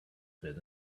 been